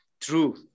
true